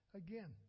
again